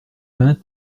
vingt